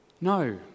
No